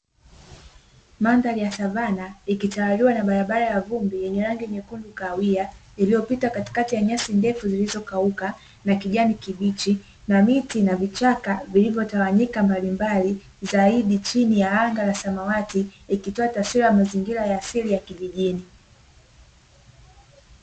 Mandhari ya savana ikitawaliwa na barabara ya vumbi yenye rangi nyekundu kahawia, iliyopita katikati ya nyasi ndefu zilizokauka, na kijani kibichi, na miti na vichaka vilivyotawanyika mbalimbali, zaidi chini ya anga la samawati. Ikitoa taswira ya mazingira ya asili ya kijijini.